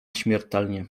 śmiertelnie